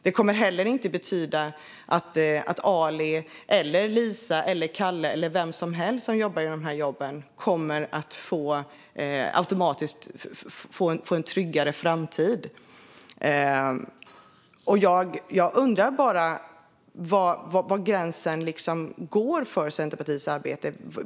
Den kommer inte heller att betyda att Ali, Lisa, Kalle eller vem som helst som jobbar inom de här jobben automatiskt kommer att få en tryggare framtid. Jag undrar bara var gränsen går för Centerpartiets arbete.